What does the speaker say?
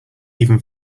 even